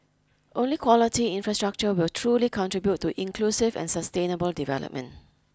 only quality infrastructure will truly contribute to inclusive and sustainable development